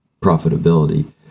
profitability